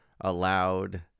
allowed